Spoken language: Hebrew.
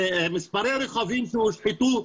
מספרי רכבים שהושחתו,